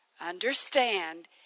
Understand